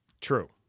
True